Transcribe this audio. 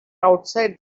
outside